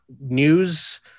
news